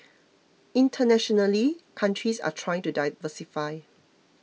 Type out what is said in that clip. internationally countries are trying to diversify